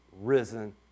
risen